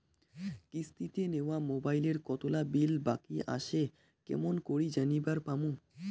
কিস্তিতে নেওয়া মোবাইলের কতোলা বিল বাকি আসে কেমন করি জানিবার পামু?